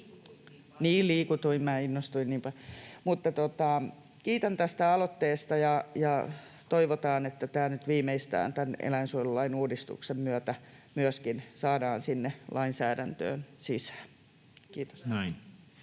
niin paljon. — Mutta kiitän tästä aloitteesta, ja toivotaan, että tämä nyt viimeistään tämän eläinsuojelulain uudistuksen myötä myöskin saadaan sinne lainsäädäntöön sisään. — Kiitos.